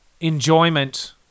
Enjoyment